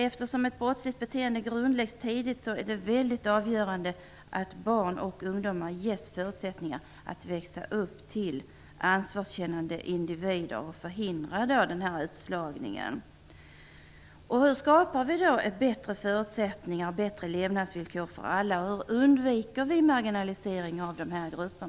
Eftersom ett brottsligt beteende grundläggs tidigt är det avgörande att barn och ungdomar ges förutsättningar att växa upp till ansvarskännande individer så att utslagningen förhindras. Hur skapar vi då bättre förutsättningar och bättre levnadsvillkor för alla? Hur undviker vi marginalisering av dessa grupper?